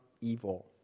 evil